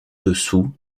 dessous